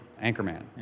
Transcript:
Anchorman